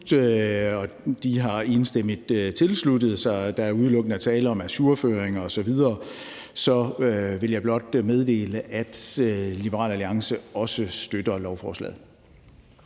som enstemmigt har tilsluttet sig det, og der udelukkende er tale om ajourføring osv., vil jeg blot meddele, at Liberal Alliance også støtter lovforslaget.